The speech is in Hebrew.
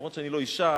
למרות שאני לא אשה,